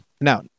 Now